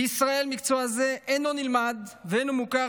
בישראל מקצוע זה אינו נלמד ואינו מוכר